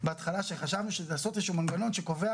שחשבנו לעשות איזשהו מנגנון שקובע